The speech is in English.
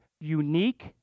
unique